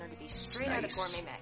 Nice